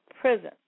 prison